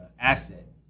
asset